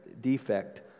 defect